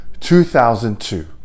2002